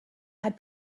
had